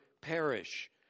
perish